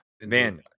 Man